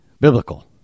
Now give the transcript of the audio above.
biblical